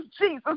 Jesus